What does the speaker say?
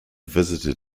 visited